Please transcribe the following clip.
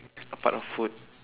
apart of food